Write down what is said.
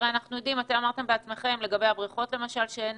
הרי אתם בעצמכם אמרתם לגבי הבריכות, למשל, שאין